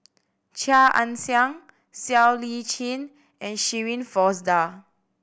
Chia Ann Siang Siow Lee Chin and Shirin Fozdar